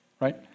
right